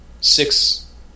six